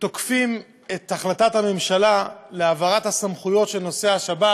תוקפים את החלטת הממשלה בדבר העברת הסמכויות בנושא השבת